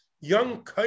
young